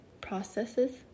processes